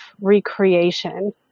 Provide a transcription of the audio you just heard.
recreation